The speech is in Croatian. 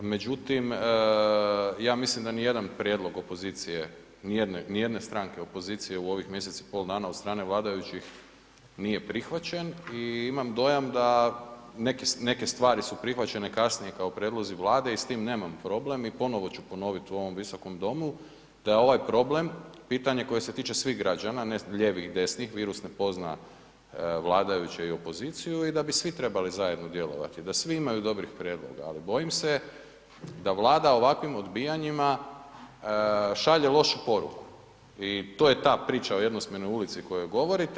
Međutim, ja mislim da nijedan prijedlog opozicije, nijedne, nijedne stranke opozicije u ovih mjesec i pol dana od strane vladajućih nije prihvaćen i imam dojam da neke stvari su prihvaćene kasnije kao prijedlozi Vlade i s tim nemam problem i ponovo ću ponovit u ovom visokom domu da je ovaj problem pitanje koje se tiče svih građana, ne ljevih, desnih, virus ne pozna vladajuće i opoziciju i da bi svi trebali zajedno djelovati, da svi imaju dobrih prijedloga, ali bojim se da Vlada ovakvim odbijanjima šalje lošu poruku i to je ta priča o jednosmjernoj ulici o kojoj govorite.